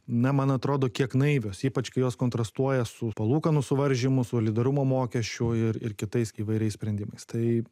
na man atrodo kiek naivios ypač kai jos kontrastuoja su palūkanų suvaržymu solidarumo mokesčiu ir ir kitais įvairiais sprendimais tai